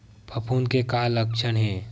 फफूंद के का लक्षण हे?